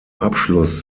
abschluss